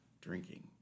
drinking